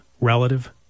relative